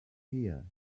here